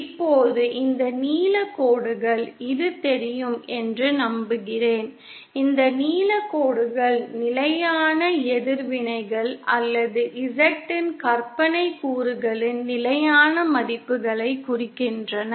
இப்போது இந்த நீல கோடுகள் இது தெரியும் என்று நம்புகிறேன் இந்த நீல கோடுகள் நிலையான எதிர்வினைகள் அல்லது Z இன் கற்பனைக் கூறுகளின் நிலையான மதிப்புகளைக் குறிக்கின்றன